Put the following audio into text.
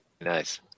Nice